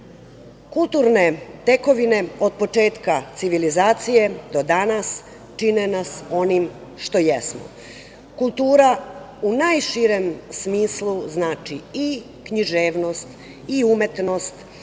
ostalo. Kulturne tekovine od početka civilizacije do danas čine nas onim što jesmo. Kultura u najširem smislu znači i književnost, umetnost,